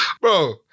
Bro